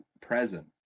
present